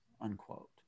unquote